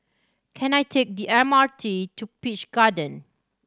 can I take the M R T to Peach Garden